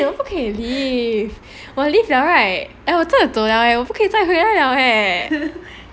我不可以 leave 我 leave 了 right 我真的走了我不可以再回来了 leh